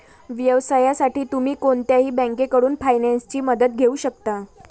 व्यवसायासाठी तुम्ही कोणत्याही बँकेकडून फायनान्सची मदत घेऊ शकता